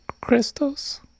crystals